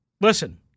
listen